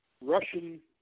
Russian